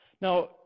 Now